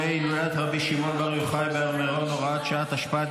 הילולת רבי שמעון בר יוחאי בהר מירון (הוראת שעה),